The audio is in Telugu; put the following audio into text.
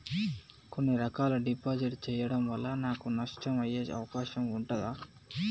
కొన్ని రకాల డిపాజిట్ చెయ్యడం వల్ల నాకు నష్టం అయ్యే అవకాశం ఉంటదా?